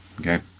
okay